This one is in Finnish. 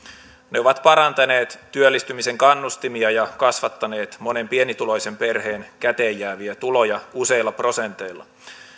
ne ovat parantaneet työllistymisen kannustimia ja kasvattaneet monen pienituloisen perheen käteenjääviä tuloja useilla prosenteilla